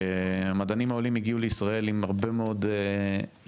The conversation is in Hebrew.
המדענים העולים הגיעו לישראל עם הרבה מאוד ידע,